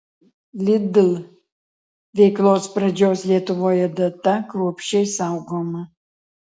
lidl veiklos pradžios lietuvoje data kruopščiai saugoma